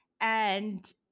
And-